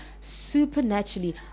supernaturally